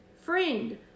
Friend